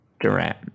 Durant